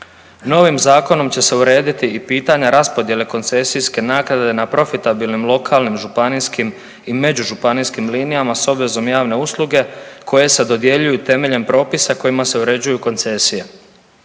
Novim zakonom će se urediti i pitanja raspodjele koncesijske naknade na profitabilnim lokalnim, županijskim i međužupanijskim linijama s obvezom javne usluge koje se dodjeljuju temeljem propisa kojima se uređuje koncesija.